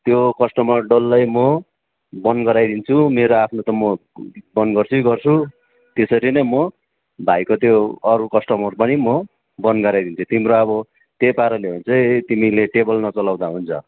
त्यो कस्टमर डल्लै म बन्द गराइदिन्छु मेरो आफ्नो त बन्द गर्छै गर्छु त्यसरी नै म भाइको त्यो अरू कस्टमर पनि म बन्द गराइदिन्छु तिम्रो अब म त्यही पाराले हो भने चाहिँ तिमीले टेबल नचलाउँदा हुन्छ